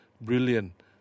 Brilliant